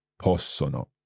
possono